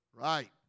Right